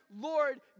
Lord